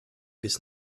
bis